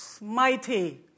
mighty